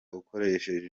ukoresheje